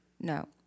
No